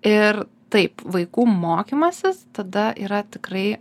ir taip vaikų mokymasis tada yra tikrai